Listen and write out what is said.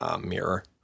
mirror